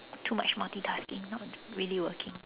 too much multitasking not really working